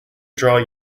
draw